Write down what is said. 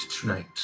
tonight